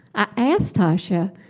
i asked tasha